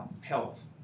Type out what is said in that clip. health